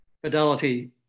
Fidelity